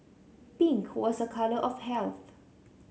pink was a colour of health